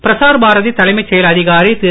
பிரசார் பாரதி தலைமைச் செயல் அதிகாரி திரு